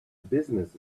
business